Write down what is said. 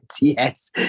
yes